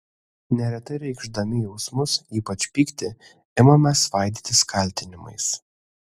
neretai reikšdami jausmus ypač pyktį imame svaidytis kaltinimais